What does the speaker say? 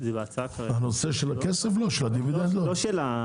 הנושא של הכסף, של הדיבידנד - לא.